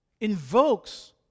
invokes